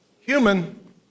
human